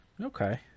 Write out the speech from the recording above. Okay